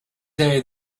day